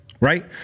right